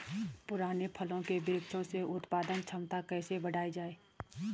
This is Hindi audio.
पुराने फल के वृक्षों से उत्पादन क्षमता कैसे बढ़ायी जाए?